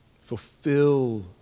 Fulfill